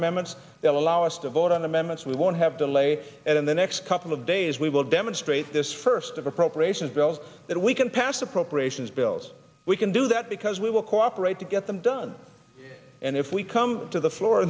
amendments that allow us to vote on the members we won't have to lay it in the next couple of days we will demonstrate this first of appropriations bills that we can pass appropriations bills we can do that because we will cooperate to get them done and if we come to the floor